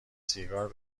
سیگار